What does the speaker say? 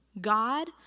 God